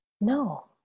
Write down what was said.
no